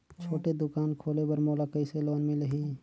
छोटे दुकान खोले बर मोला कइसे लोन मिलही?